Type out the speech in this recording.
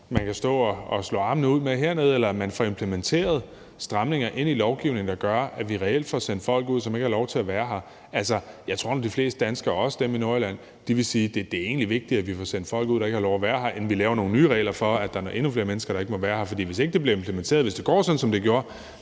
man kan stå og slå ud med armene over hernede i salen, eller om man får implementeret stramninger i lovgivningen, der gør, at vi reelt får sendt folk ud, som ikke har lov til at være her. Jeg tror nu, at de fleste danskere, også dem i Nordjylland, vil sige, at det egentlig er vigtigere, at vi får sendt folk ud, der ikke har lov at være her, end at vi laver nogle nye regler for, at der er endnu flere mennesker, der ikke må være her. For hvis det ikke bliver implementeret, vil det gå sådan, som det gjorde,